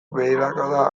beherakada